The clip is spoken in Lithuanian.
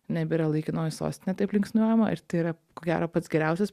nebėra laikinoji sostinė taip linksniuojama ir tai yra ko gero pats geriausias